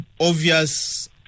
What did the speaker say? obvious